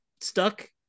stuck